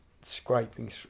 scraping